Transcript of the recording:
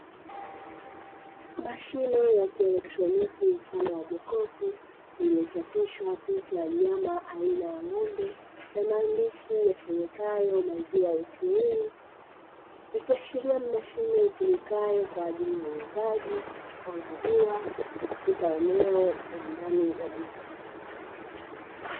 Mashine ya kielotroniki mfano wa jokofu, iliyochapishwa picha ya mnyama aina ya ng'ombe na maandishi yasomekayo Maziwa ATM, ikiashiria ni mashine itumikayo kwa ajili ya uuzaji wa maziwa katika eneo la ndani ya duka.